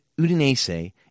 Udinese